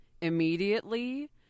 immediately